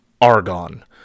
Argon